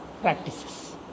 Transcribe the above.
practices